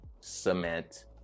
cement